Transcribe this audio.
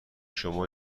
شما